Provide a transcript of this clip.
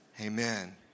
amen